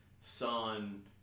Sun